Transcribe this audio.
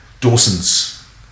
Dawson's